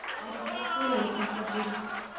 i've never seen anything so beautiful